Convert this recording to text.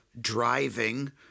driving